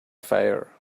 fire